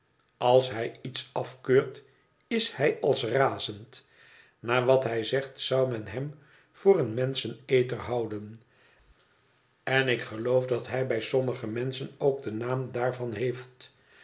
als hij iets afkeurt is hij als razend naar wat hij zegt zou men hem voor een menscheneter houden en ik geloof dat hij bij sommige menschen ook den naam daarvan heeft